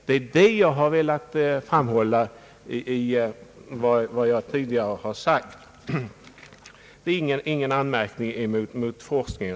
Det är det jag velat framhålla med vad jag tidigare sagt. Jag har alltså inte riktat någon anmärkning mot forskningen.